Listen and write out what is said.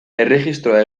erregistroa